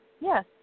Yes